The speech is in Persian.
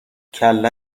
کله